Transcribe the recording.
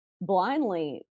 Blindly